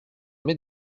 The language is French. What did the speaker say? mes